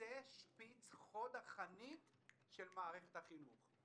קצה שפיץ חוד החנית של מערכת החינוך.